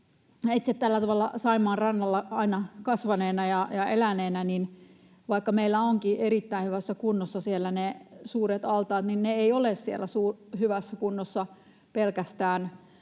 Itse tällä tavalla Saimaan rannalla kasvaneena ja aina eläneenä sanon, että vaikka meillä ovatkin erittäin hyvässä kunnossa siellä ne suuret altaat, niin ne eivät ole siellä hyvässä kunnossa pelkästään